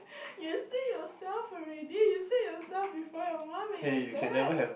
you say yourself already you say yourself before your mum and your dad